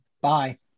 bye